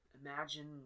Imagine